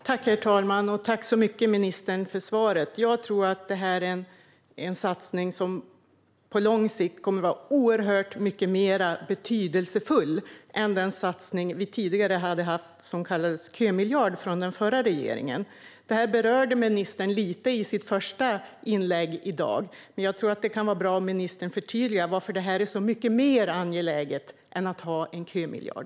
Herr talman! Tack så mycket, ministern, för svaret! Jag tror att detta är en satsning som på lång sikt kommer att vara mycket mer betydelsefull än den satsning som vi tidigare hade: kömiljarden, som den förra regeringen införde. Ministern berörde det lite i sitt första inlägg i dag, men jag tror att det kan vara bra om ministern förtydligar varför detta är mycket mer angeläget än en kömiljard.